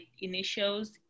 initials